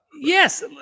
Yes